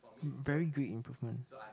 very big improvement